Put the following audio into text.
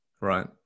right